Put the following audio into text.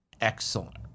excellent